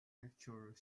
lecture